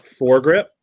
foregrip